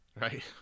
Right